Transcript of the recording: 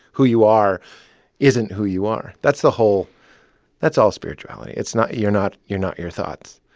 who you are isn't who you are. that's the whole that's all spirituality. it's not you're not your not your thoughts,